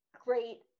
great